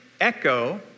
echo